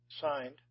signed